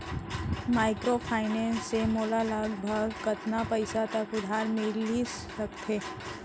Microfinance से मोला लगभग कतना पइसा तक उधार मिलिस सकत हे?